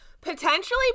potentially